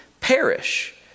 perish